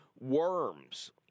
worms